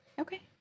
Okay